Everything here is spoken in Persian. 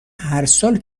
هرسال